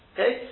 Okay